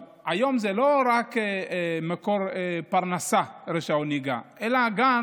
היום רישיון נהיגה זה לא רק מקור פרנסה, אלא זה גם